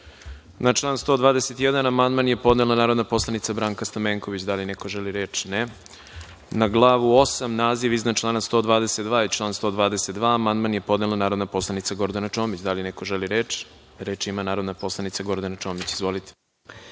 član 121. amandman je podnela narodna poslanica Branka Stamenković. Da li neko želi reč? (Ne.)Na glavu VIII, naziv iznad člana 122. i član 122. amandman je podnela narodna poslanica Gordana Čomić. Da li neko želi reč? Reč ima narodna poslanica Gordana Čomić. Izvolite.